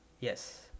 Yes